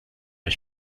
ich